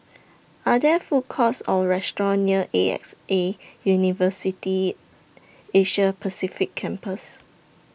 Are There Food Courts Or restaurants near A X A University Asia Pacific Campus